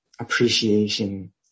appreciation